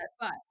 but-